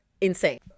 insane